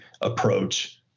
approach